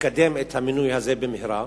לקדם את המינוי הזה במהרה.